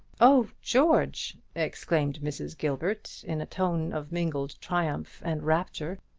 oh, george! exclaimed mrs. gilbert, in a tone of mingled triumph and rapture,